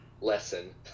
lesson